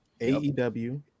aew